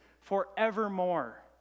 forevermore